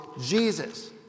Jesus